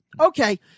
Okay